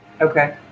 Okay